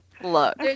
Look